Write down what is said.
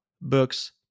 books